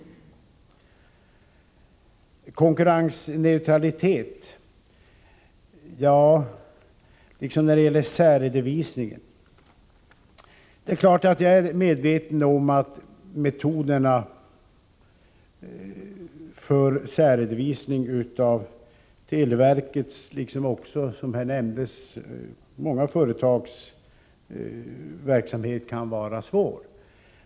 Jag vill beträffande konkurrensneutraliteten och särredovisningen säga att jag självfallet är medveten om svårigheterna att särredovisa verksamheter inom televerket liksom, som nämnts här, också inom många andra företag.